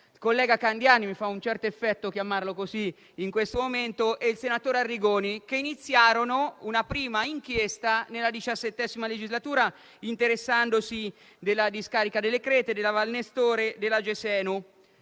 il collega Candiani, che mi fa un certo effetto chiamare così in questo momento, e il senatore Arrigoni, che hanno iniziato una prima inchiesta nella XVII legislatura, interessandosi della discarica Le Crete, della Valnestore e della Gesenu.